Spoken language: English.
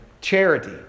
charity